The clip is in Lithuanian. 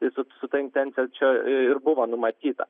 ir su su ta intencija čia ir buvo numatyta